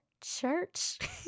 church